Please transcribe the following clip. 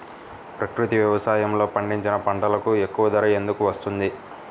ప్రకృతి వ్యవసాయములో పండించిన పంటలకు ఎక్కువ ధర ఎందుకు వస్తుంది?